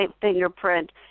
fingerprint